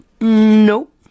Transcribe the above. Nope